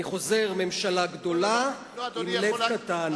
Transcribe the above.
אני חוזר: ממשלה גדולה עם לב קטן.